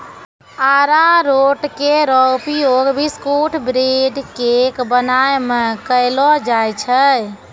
अरारोट केरो उपयोग biscuit, bread, cake बनाय म कयलो जाय छै